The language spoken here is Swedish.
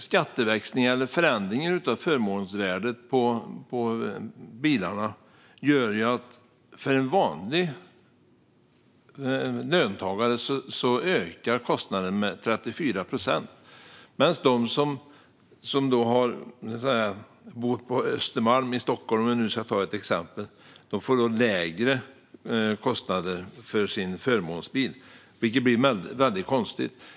Skatteväxlingen, eller förändringen av förmånsvärdet på bilarna, gör att kostnaden för en vanlig löntagare ökar med 34 procent, medan de som bor på Östermalm i Stockholm, för att ta ett exempel, får lägre kostnader för sin förmånsbil. Det blir väldigt konstigt.